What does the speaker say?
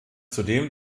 zudem